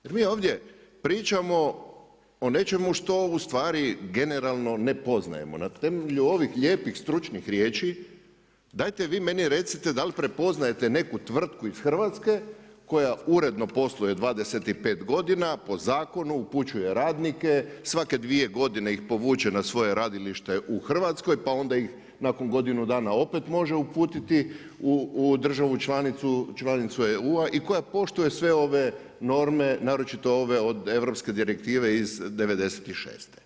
Jer mi ovdje pričamo o nečemu što ustvari generalno ne poznajemo, na temelju ovih lijepih stručnih riječi, dajte vi meni recite da li prepoznajete neku tvrtku iz Hrvatske koja uredno posluje 25 godina, po zakonu, upućuje radnike, svake dvije godine ih povuče na svoje radilište u Hrvatskoj, pa onda ih nakon godinu dana opet može uputiti u državu članicu EU-a i koja poštuje sve ove norme naročito ove od europske direktive iz '96.